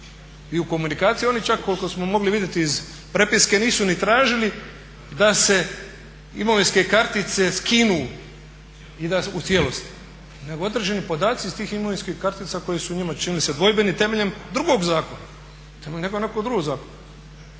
I u komunikaciji oni čak koliko smo mogli vidjeti iz prepiske nisu ni tražili da se imovinske kartice skinu u cijelosti nego određeni podaci iz tih imovinskih kartica koji su njima činili se dvojbeni temeljem drugog zakona, nekog drugog zakona.